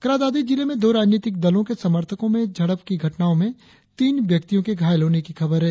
क्रा दादी जिले में दो राजनीतिक दलों के संमर्थको ने झड़प की घटनाओं में तीन व्यक्तियों के घायल होने की खबर है